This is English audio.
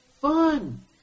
fun